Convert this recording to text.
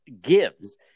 gives